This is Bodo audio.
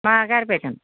मा गारि बायगोन